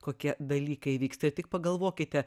kokie dalykai vyksta tik pagalvokite